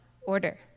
order